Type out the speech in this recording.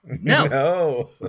No